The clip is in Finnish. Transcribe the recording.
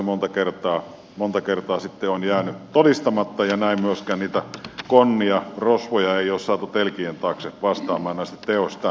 kyllä se monta kertaa sitten on jäänyt todistamatta ja näin myöskään niitä konnia rosvoja ei ole saatu telkien taakse vastaamaan näistä teoistaan